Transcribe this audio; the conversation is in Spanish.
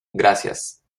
gracias